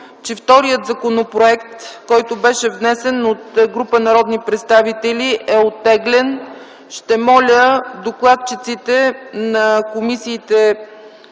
че вторият законопроект, който беше внесен от група народни представители, е оттеглен. Моля докладчиците на комисиите,